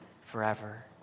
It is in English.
forever